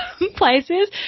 places